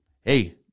hey